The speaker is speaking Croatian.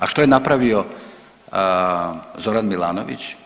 A što je napravio Zoran Milanović?